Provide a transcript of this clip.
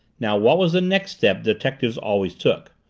now what was the next step detectives always took?